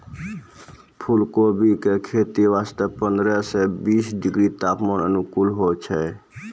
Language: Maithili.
फुलकोबी के खेती वास्तॅ पंद्रह सॅ बीस डिग्री तापमान अनुकूल होय छै